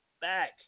back